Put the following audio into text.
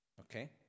Okay